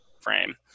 frame